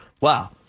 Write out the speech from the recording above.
Wow